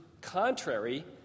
contrary